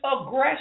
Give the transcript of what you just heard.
aggression